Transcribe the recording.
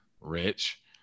Rich